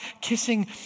kissing